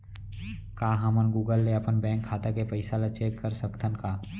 का हमन गूगल ले अपन बैंक खाता के पइसा ला चेक कर सकथन का?